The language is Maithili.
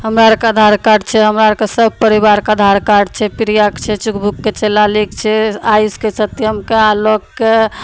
हमरा आरके आधार कार्ड छै हमरा आरके सब परिवारके आधार कार्ड छै प्रियाके छै चुकबुकके छै लालीके छै आयुषके सत्यमके आलोकके